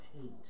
hate